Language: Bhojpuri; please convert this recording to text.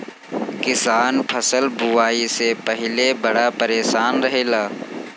किसान फसल बुआई से पहिले बड़ा परेशान रहेला